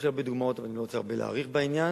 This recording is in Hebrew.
יש הרבה דוגמאות, אני לא רוצה להאריך בעניין.